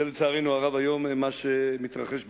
זה לצערנו הרב מה שמתרחש בעולם,